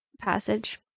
passage